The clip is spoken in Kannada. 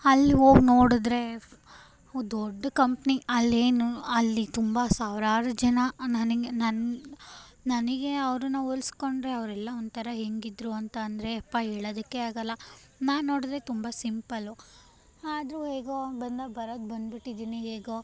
ಅಲ್ಲಿ ಹೋಗಿ ನೋಡಿದ್ರೆ ದೊಡ್ಡ ಕಂಪ್ನಿ ಅಲ್ಲಿ ಏನು ಅಲ್ಲಿ ತುಂಬ ಸಾವಿರಾರು ಜನ ನನಗೆ ನನ್ನ ನನಗೆ ಅವ್ರನ್ನು ಹೋಲಿಸ್ಕೊಂಡ್ರೆ ಅವರೆಲ್ಲಾ ಒಂಥರ ಹೆಂಗಿದ್ರು ಅಂತಂದರೆ ಅಪ್ಪಾ ಹೇಳೋದಿಕ್ಕೇ ಆಗಲ್ಲ ನಾನು ನೋಡಿದ್ರೆ ತುಂಬ ಸಿಂಪಲ್ಲು ಆದರೂ ಹೇಗೋ ಬಂದ ಬರೋದು ಬಂದ್ಬಿಟ್ಟಿದೀನಿ ಹೇಗೋ